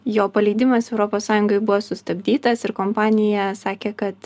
jo paleidimas europos sąjungoj buvo sustabdytas ir kompanija sakė kad